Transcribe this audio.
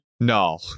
No